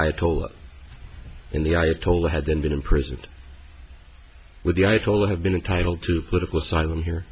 ayatollah in the ayatollah hadn't been imprisoned with the ayatollah have been entitle to political asylum here